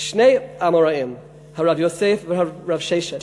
שני אמוראים, רב יוסף ורב ששת,